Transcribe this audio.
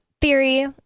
Theory